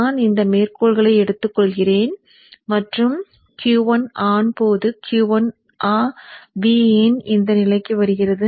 நான் இந்த மேற்கோளை எடுத்துக்கொள்கிறேன் மற்றும் Q 1 ஆன் போது Q 1 ஆன் V இன் இந்த நிலைக்கு வருகிறது